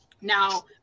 now